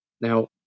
Now